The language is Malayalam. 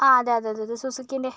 ആ അതെ അതെ അതെ സുസുക്കിൻ്റെ